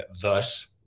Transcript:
thus